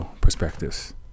Perspectives